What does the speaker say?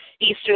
Eastern